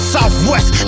Southwest